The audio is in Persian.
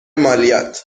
مالیات